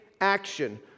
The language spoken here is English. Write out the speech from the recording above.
action